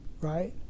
right